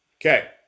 Okay